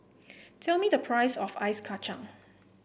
tell me the price of Ice Kacang